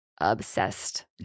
obsessed